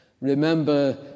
remember